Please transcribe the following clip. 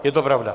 Je to pravda.